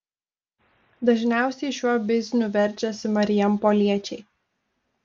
dažniausiai šiuo bizniu verčiasi marijampoliečiai